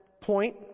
point